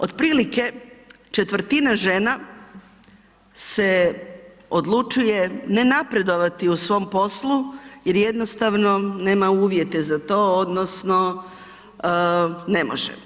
Otprilike, ¼ žena se odlučuje ne napredovati u svom poslu jer jednostavno nema uvjete za to odnosno ne može.